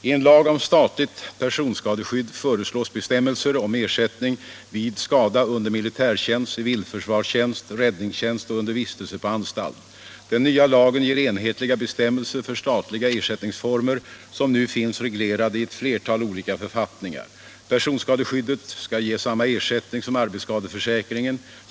I en lag om statligt personskadeskydd föreslås bestämmelser om ersättning vid skada under militärtjänst, civilförsvarstjänst, räddningstjänst och under vistelse på anstalt. Den nya lagen ger enhetliga bestämmelser för statliga ersättningsformer som nu finns reglerade i ett flertal olika författningar. Personskadeskyddet skall ge samma ersättning som arbetsskadeförsäkringen.